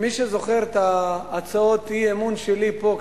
מי שזוכר את הצעות האי-אמון שלי פה,